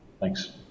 Thanks